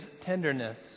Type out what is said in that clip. tenderness